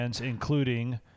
including